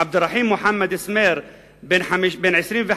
עבד-אלרחים מוחמד אסמיר, בן 25,